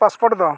passport